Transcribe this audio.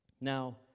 Now